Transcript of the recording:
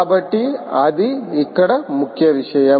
కాబట్టి అది ఇక్కడ ముఖ్య విషయం